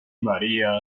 maría